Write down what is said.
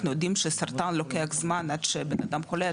אנחנו יודעים שסרטן לוקח זמן עד שבן אדם חולה,